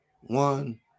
One